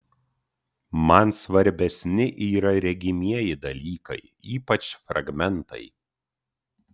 man svarbesni yra regimieji dalykai ypač fragmentai